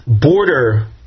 border